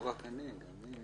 לא רק אני, גם הרשמת וגם היא...